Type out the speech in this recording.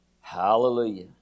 Hallelujah